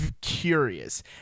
curious